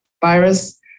virus